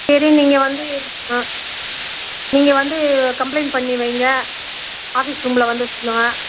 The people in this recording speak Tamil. சரி நீங்கள் வந்து ஆ நீங்கள் வந்து கம்ப்ளைண்ட் பண்ணி வைங்க ஆஃபீஸ் ரூம்மில் வந்து சொல்லுவேன்